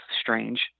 strange